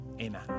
Amen